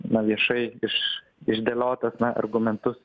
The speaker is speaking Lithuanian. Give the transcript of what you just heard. na viešai iš išdėliotus na argumentus